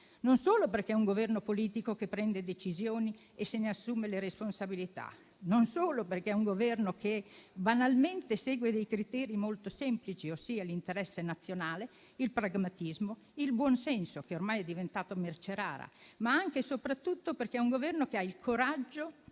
Non solo perché è un Governo politico, che prende decisioni e se ne assume le responsabilità; non solo perché è un Governo che banalmente segue dei criteri molto semplici, ossia l'interesse nazionale, il pragmatismo, il buon senso, che ormai è diventato merce rara; ma anche e soprattutto perché è un Governo che ha il coraggio